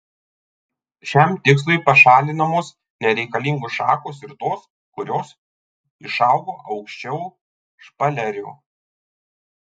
šiam tikslui pašalinamos nereikalingos šakos ir tos kurios išaugo aukščiau špalerio